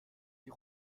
die